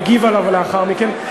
הגיב עליו לאחר מכן,